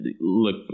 look